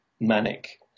manic